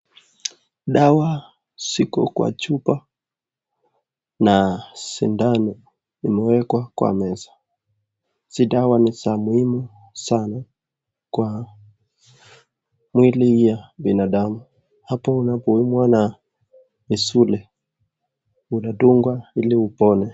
Dawa ziko kwa chupa na sindano imewekwa kwa meza. Hizi dawa ni za muhimu sana kwa mwili ya binadamu, hapo unapoumwa na misuli unadungwa ili upone.